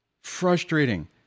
frustrating